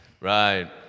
Right